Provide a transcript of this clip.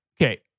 Okay